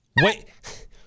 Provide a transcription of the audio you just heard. Wait